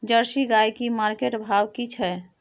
Jersey गाय की market भाव की छै?